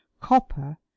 Copper